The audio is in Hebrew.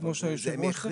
כמו שהיו"ר יודע.